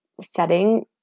setting